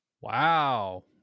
Wow